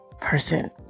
person